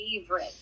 favorite